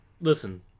listen